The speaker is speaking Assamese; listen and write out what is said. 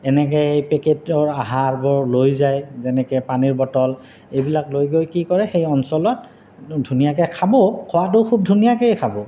এনেকৈ এই পেকেটৰ আহাৰবোৰ লৈ যায় যেনেকৈ পানীৰ বটল এইবিলাক লৈ গৈ কি কৰে সেই অঞ্চলত ধুনীয়াকৈ খাব খোৱাটোও খুব ধুনীয়াকৈয়ে খাব